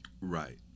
Right